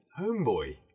Homeboy